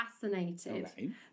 fascinated